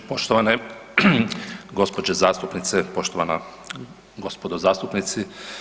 Poštovane gđe. zastupnice, poštovana gospodo zastupnici.